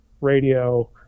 radio